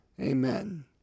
Amen